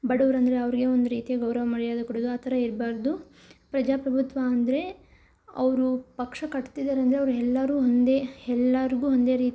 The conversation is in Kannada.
ಬಡವ್ರಂದ್ರೆ ಅವ್ರಿಗೇ ಒಂದು ರೀತಿಯ ಗೌರವ ಮರ್ಯಾದೆ ಕೊಡೋದು ಆ ಥರ ಇರಬಾರ್ದು ಪ್ರಜಾಪ್ರಭುತ್ವ ಅಂದರೆ ಅವರು ಪಕ್ಷ ಕಟ್ತಿದಾರೆ ಅಂದರೆ ಅವ್ರು ಎಲ್ಲಾರೂ ಒಂದೇ ಎಲ್ಲಾರ್ಗೂ ಒಂದೇ